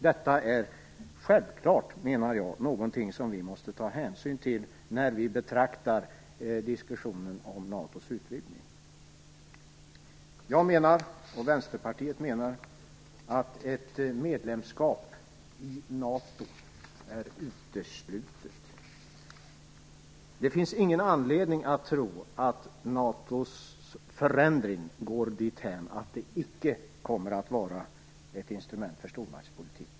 Detta är självklart någonting som vi måste ta hänsyn till när vi betraktar diskussionen om NATO:s utvidgning. Jag menar, och Vänsterpartiet menar, att ett medlemskap i NATO är uteslutet. Det finns ingen anledning att tro att NATO:s förändring går dithän att NATO icke kommer att vara ett instrument för stormaktspolitik.